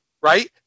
right